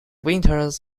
winters